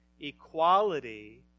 Equality